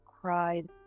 cried